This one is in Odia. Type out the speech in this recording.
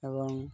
ଏବଂ